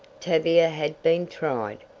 tavia had been tried,